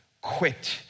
quit